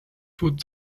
put